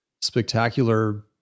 spectacular